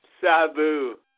Sabu